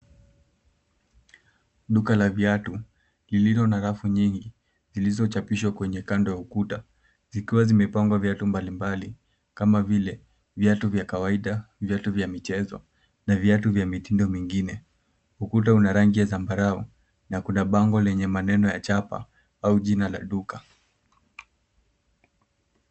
Duka la viatu lililo na rafu nyingi zilizochapishwa kwenye kando ya ukuta zikiwa zimepangwa viatu mbalimbali kama vile viatu vya kawaida, viatu vya michezo na viatu vya mitindo mingine. Ukuta una rangi ya zambarau na kuna bango lenye maneno ya chapa au jina la duka.